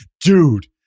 dude